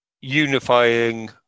unifying